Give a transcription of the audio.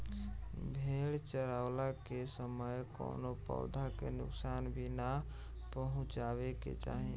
भेड़ चरावला के समय कवनो पौधा के नुकसान भी ना पहुँचावे के चाही